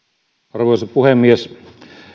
arvoisa puhemies